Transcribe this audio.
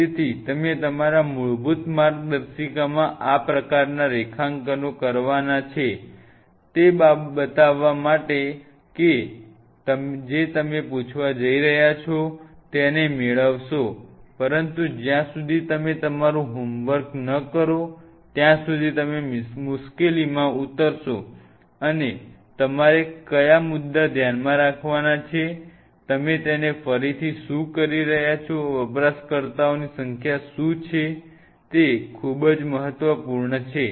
તેથી તમે તમારા મૂળભૂત માર્ગદર્શિકામાં આ પ્રકારનાં રેખાંકનો કરવાનાં છે તે બતાવ વા માટે કે જે તમે પૂછવા જઇ રહ્યા છો તેને મેળવશો પરંતુ જ્યાં સુધી તમે તમારું હોમવર્ક ન કરો ત્યાં સુધી તમે મુશ્કેલીમાં ઉતરશો અને તમારે કયા મુદ્દાઓ ધ્યાનમાં રાખવાના છે તમે તેને ફરીથી શું કરી રહ્યા છો વપરાશકર્તાની સંખ્યા શું છે તે ખૂબ જ મહત્વપૂર્ણ છે